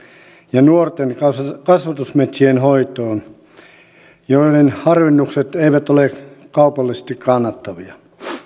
ja nuorten kasvatusmetsien hoitoon joiden harvennukset eivät ole kaupallisesti kannattavia